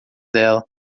dela